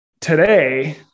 today